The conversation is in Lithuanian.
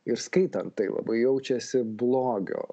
ir skaitant tai labai jaučiasi blogio